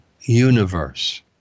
universe